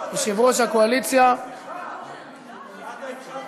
יושב-ראש הקואליציה, סליחה,